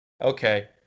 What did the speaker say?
Okay